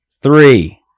Three